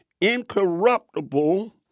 incorruptible